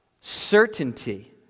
certainty